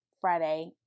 Friday